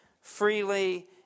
freely